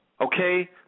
okay